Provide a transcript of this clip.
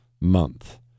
month